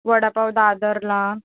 वडापाव दादरला